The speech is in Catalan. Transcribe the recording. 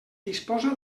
disposa